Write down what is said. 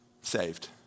saved